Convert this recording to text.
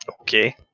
Okay